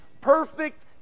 perfect